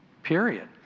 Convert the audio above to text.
Period